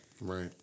Right